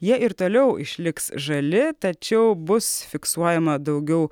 jie ir toliau išliks žali tačiau bus fiksuojama daugiau